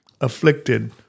afflicted